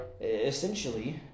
Essentially